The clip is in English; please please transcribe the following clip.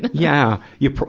yeah. you pro,